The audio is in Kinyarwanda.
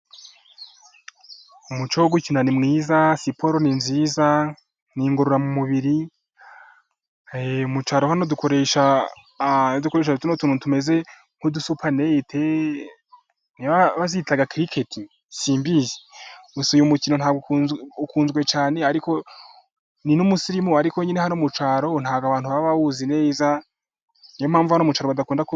Umuco wo gukina ni mwiza, siporo ni nziza ni ingororamubiri mu cyaro hano dukoresha dukoresha tuno tuntu tumeze nk'udusupanete niba bazita kiriketi simbizi, gusa uyu mukino ntabwo ukunzwe cyane ariko ni n'umusirimu ariko nyine hano mu cyaro ntabwo abantu baba bawuzi neza, ni yo mpamvu hano mu cyaro badakunda ku....